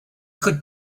could